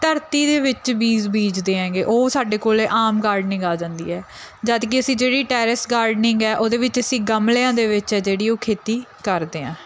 ਧਰਤੀ ਦੇ ਵਿੱਚ ਬੀਜ ਬੀਜਦੇ ਐਂਗੇ ਉਹ ਸਾਡੇ ਕੋਲ ਆਮ ਗਾਰਡਨਿੰਗ ਆ ਜਾਂਦੀ ਹੈ ਜਦਕਿ ਅਸੀਂ ਜਿਹੜੀ ਟੈਰਰਸ ਗਾਰਡਨਿੰਗ ਹੈ ਉਹਦੇ ਵਿੱਚ ਅਸੀਂ ਗਮਲਿਆਂ ਦੇ ਵਿੱਚ ਹੈ ਜਿਹੜੀ ਉਹ ਖੇਤੀ ਕਰਦੇ ਹਾਂ